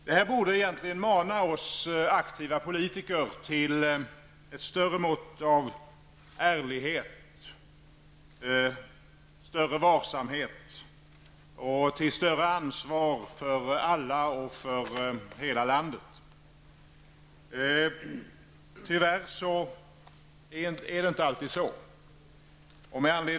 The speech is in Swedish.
Detta borde egentligen mana oss aktiva politiker till ett större mått av ärlighet, större varsamhet och större ansvar för alla och för hela landet. Tyvärr är det inte alltid så.